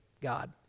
God